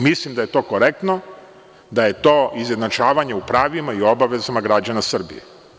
Mislim da je to korektno, da je to izjednačavanje u pravima i obavezama građana Srbije.